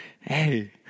hey